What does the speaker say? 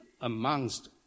amongst